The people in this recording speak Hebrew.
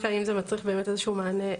אין מב"ן לנשים.